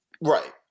Right